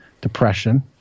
depression